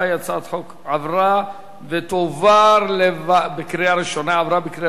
ההצעה להעביר את הצעת חוק לתיקון פקודת מסי